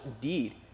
deed